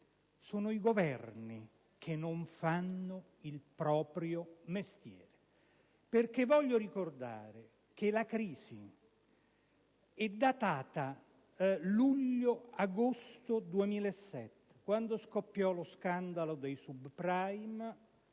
sono i Governi che non fanno il proprio mestiere. Voglio ricordare che la crisi è datata luglio-agosto 2007, quando scoppiò lo scandalo dei *subprime*,